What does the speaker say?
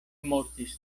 mortis